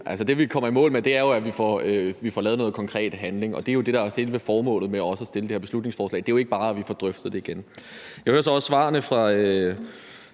Altså, det, vi kommer i mål ved, er jo, at vi får lavet noget konkret handling, og det er det, der er selve formålet med også at fremsætte det her beslutningsforslag. Det er jo ikke bare, at vi får drøftet det igen. Jeg hører så også svarene fra